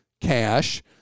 cash